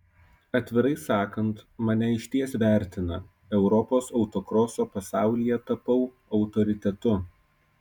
atvirai sakant mane išties vertina europos autokroso pasaulyje tapau autoritetu